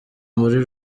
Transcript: muri